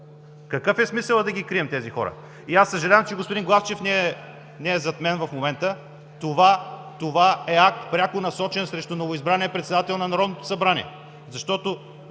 Какъв е смисълът да крием тези хора? Съжалявам, че господин Главчев не е зад мен в момента. Това е акт пряко насочен срещу новоизбрания председател на Народното събрание.